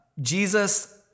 Jesus